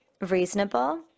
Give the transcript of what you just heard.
reasonable